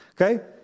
Okay